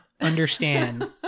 understand